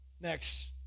Next